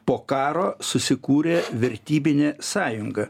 po karo susikūrė vertybinė sąjunga